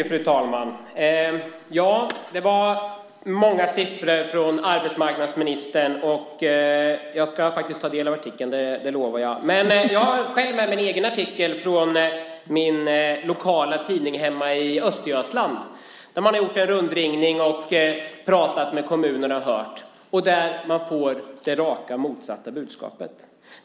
Fru talman! Det var många siffror från arbetsmarknadsministern, och jag ska faktiskt ta del av artikeln. Det lovar jag. Men jag har själv med mig en egen artikel från min lokala tidning hemma i Östergötland. Man har gjort en rundringning och pratat med kommunerna och hört. Man får det rakt motsatta budskapet.